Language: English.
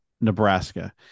Nebraska